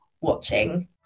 watching